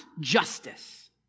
justice